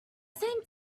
same